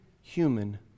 human